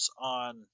on